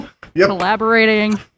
Collaborating